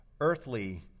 earthly